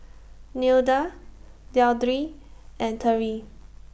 Nilda Deidre and Terrie